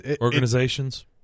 organizations